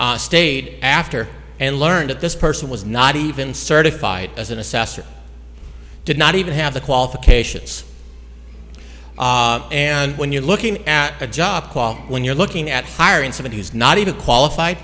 gazette stayed after and learned that this person was not even certified as an assessor did not even have the qualifications and when you're looking at a job when you're looking at hiring someone who's not even qualif